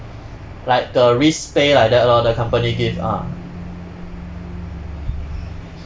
like the risk pay like that lor the company give ah